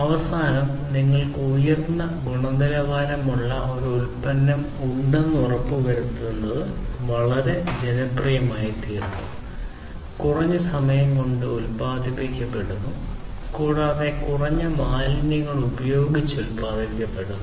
അവസാനം നിങ്ങൾക്ക് ഉയർന്ന ഗുണനിലവാരമുള്ള ഒരു ഉൽപ്പന്നം ഉണ്ടെന്ന് ഉറപ്പുവരുത്തുന്നത് വളരെ ജനപ്രിയമായിത്തീർന്നു കുറഞ്ഞ സമയം കൊണ്ട് ഉൽപാദിപ്പിക്കപ്പെടുന്നു കൂടാതെ കുറഞ്ഞ മാലിന്യങ്ങൾ ഉപയോഗിച്ച് ഉൽപാദിപ്പിക്കപ്പെടുന്നു